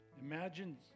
Imagine